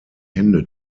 hände